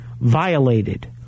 violated